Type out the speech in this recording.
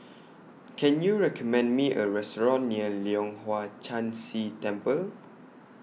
Can YOU recommend Me A Restaurant near Leong Hwa Chan Si Temple